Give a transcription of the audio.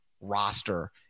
roster